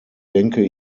denke